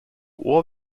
ohr